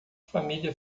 família